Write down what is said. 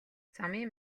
замын